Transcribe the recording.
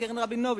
קרן רבינוביץ,